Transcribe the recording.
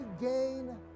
gain